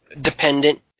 dependent